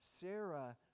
Sarah